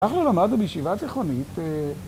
אנחנו למדנו בישיבה תיכונית